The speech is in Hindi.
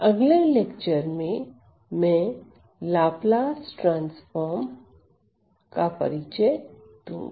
अगले लेक्चर में मैं लाप्लास ट्रांसफार्म का परिचय दूंगा